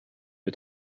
the